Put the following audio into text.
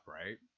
right